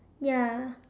ya